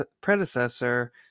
predecessor